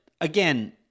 Again